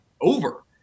over